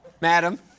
Madam